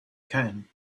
came